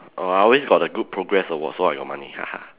oh I always got the good progress sward so I got money